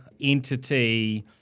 entity